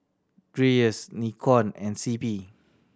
Dreyers Nikon and C P